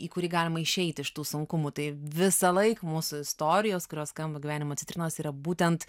į kurį galima išeit iš tų sunkumų tai visąlaik mūsų istorijos kurios skamba gyvenimo citrinose yra būtent